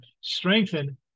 strengthen